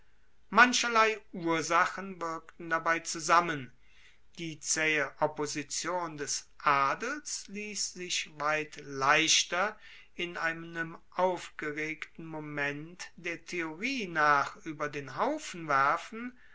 mancherlei ursachen wirkten dabei zusammen die zaehe opposition des adels liess sich weit leichter in einem aufgeregten moment der theorie nach ueber den haufen werfen